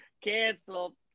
Canceled